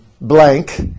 blank